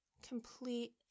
complete